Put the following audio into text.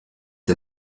der